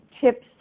tips